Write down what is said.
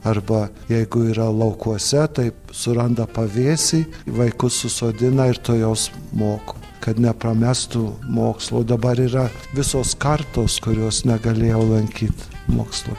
arba jeigu yra laukuose taip suranda pavėsį vaikus susodina ir tuojaus moko kad nepramestų mokslo o dabar yra visos kartos kurios negalėjo lankyt mokslui